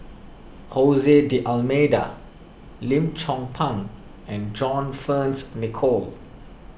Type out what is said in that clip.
Jose D'Almeida Lim Chong Pang and John Fearns Nicoll